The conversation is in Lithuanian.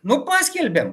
nu paskelbėm